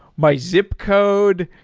my zip code.